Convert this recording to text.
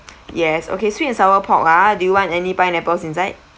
yes okay sweet and sour pork ah do you want any pineapples inside